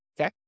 Okay